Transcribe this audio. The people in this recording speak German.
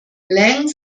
lang